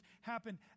happen